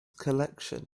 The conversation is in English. collection